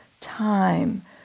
time